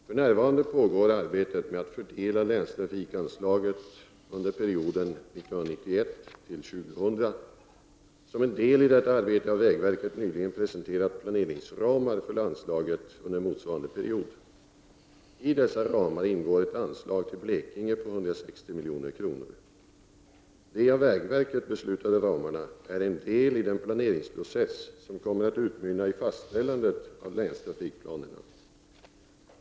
För närvarande pågår arbetet med att fördela länstrafikanslaget under perioden 1991-2000. Som en del i detta arbete har vägverket nyligen presenterat planeringsramar för anslaget under motsvarande period. I dessa ramar ingår ett anslag till Blekinge på 160 milj.kr. De av vägverket beslutade ramarna är en del i den planeringsprocess som kommer att utmynna i fastställandet av länstrafikplanerna.